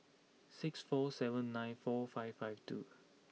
six four seven nine four five five two